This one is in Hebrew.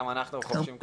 גם אנחנו חובשים כובעים.